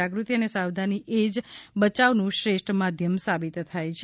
જાગૃતિ અને સાવધાની એ જ બયાવનું શ્રેષ્ઠ માધ્યમ સાબિત થયા છે